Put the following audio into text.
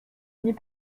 finit